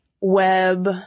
web